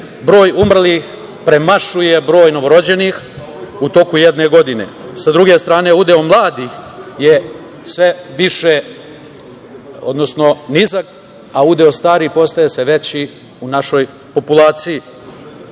broj umrlih premašuje broj novorođenih u toku jedne godine. Sa druge strane, udeo mladih je sve više, odnosno nizak, a udeo starijih postaje sve veći u našoj populaciji. Broj